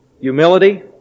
Humility